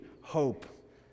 hope